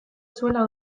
zuela